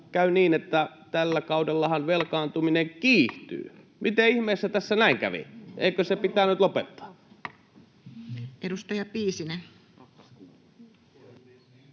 käy niin, että tällä kaudellahan velkaantuminen kiihtyy. Miten ihmeessä tässä näin kävi? Eikö se pitänyt lopettaa? Edustaja Piisinen. Arvoisa